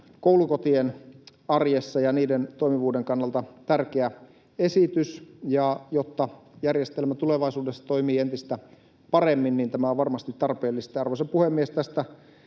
koulukotien arjessa ja niiden toimivuuden kannalta tärkeä esitys. Jotta järjestelmä tulevaisuudessa toimii entistä paremmin, tämä on varmasti tarpeellista. Arvoisa puhemies! Tästä